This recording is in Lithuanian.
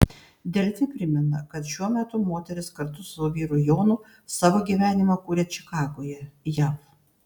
delfi primena kad šiuo metu moteris kartu su vyru jonu savo gyvenimą kuria čikagoje jav